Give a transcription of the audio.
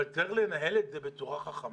אבל צריך לנהל את זה בצורה חכמה,